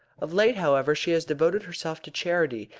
of late, however, she has devoted herself to charity,